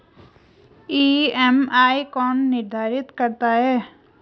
EMI कौन निर्धारित करता है?